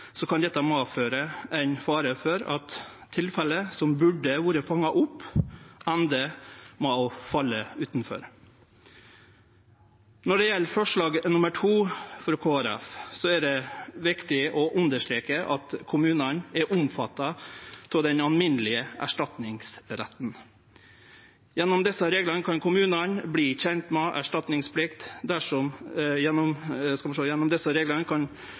kan dette medføre ein fare for at tilfelle som burde vore fanga opp, endar med å falle utanfor. Når det gjeld forslag nr. 2, frå Kristeleg Folkeparti, er det viktig å understreke at kommunane er omfatta av den alminnelege erstatningsretten. Gjennom desse reglane kan kommunane verte kjende erstatningspliktige dersom dei har svikta. Dette gjeld bl.a. dersom